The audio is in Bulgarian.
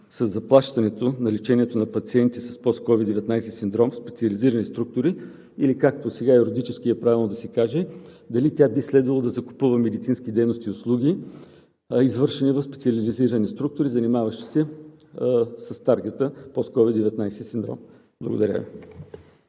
със заплащане на лечението на пациенти с Post-Covid-19 синдром, специализирани структури или както сега юридически е правилно да се каже: дали тя би следвало да закупува медицинските дейности и услуги, извършвани в специализирани структури, занимаващи се с таргета Post-Covid-19 синдром? Благодаря Ви.